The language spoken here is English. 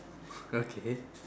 okay